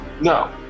No